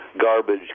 garbage